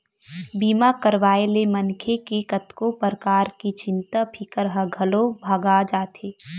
बीमा करवाए ले मनखे के कतको परकार के चिंता फिकर ह घलोक भगा जाथे